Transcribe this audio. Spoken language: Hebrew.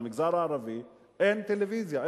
למגזר הערבי אין טלוויזיה,